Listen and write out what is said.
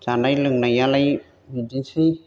जानाय लोंनायालाय बिदिनोसै